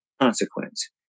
consequence